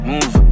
Move